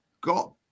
got